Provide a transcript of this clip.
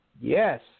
Yes